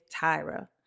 Tyra